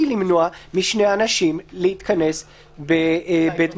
למנוע משני אנשים להתכנס בבית מגורים,